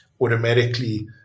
automatically